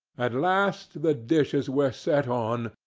at last the dishes were set on,